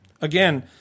Again